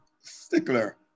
stickler